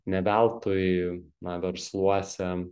ne veltui na versluose